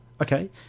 Okay